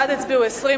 בעד הצביעו 20,